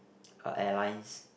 uh airlines